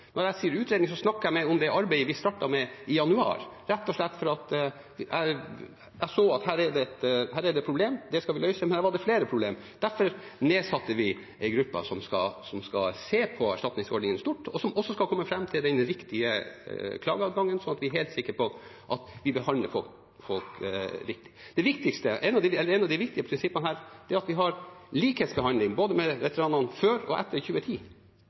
Når jeg sier utredning, snakker jeg mer om det arbeidet vi startet med i januar, rett og slett fordi jeg så at her er det et problem, det skal vi løse. Men her var det flere problemer. Derfor nedsatte vi en gruppe som skal se på erstatningsordningen i stort, og som også skal komme fram til den riktige klageadgangen, sånn at vi er helt sikre på at vi behandler folk riktig. Et av de viktige prinsippene her er at vi har likebehandling av veteranene fra før og etter 2010,